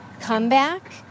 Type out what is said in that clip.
comeback